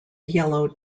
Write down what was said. yellow